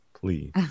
Please